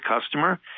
customer